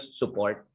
support